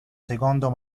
secondo